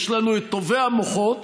יש לנו את טובי המוחות,